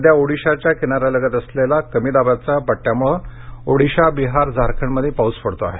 सध्या ओडिशाच्या किनारयालगत असलेला कमी दाबाच्या पट्टयामुळे ओडिसा बिहार झारखंडमध्ये पाऊस पडतो आहे